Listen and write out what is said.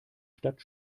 stadt